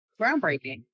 groundbreaking